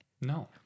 No